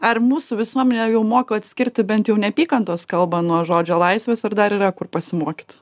ar mūsų visuomenė jau moka atskirti bent jau neapykantos kalbą nuo žodžio laisvės ar dar yra kur pasimokyt